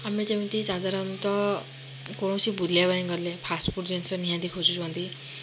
ଆମେ ଯେମିତି ସାଧାରଣତ କୌଣସି ବୁଲିବା ପାଇଁ ଗଲେ ଫାର୍ଷ୍ଟ୍ ଫୁଡ୍ ଜିନିଷ ନିହାତି ଖୋଜୁଛନ୍ତି